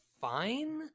fine